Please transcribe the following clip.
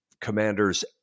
Commanders